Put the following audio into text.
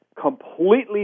completely